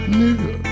nigga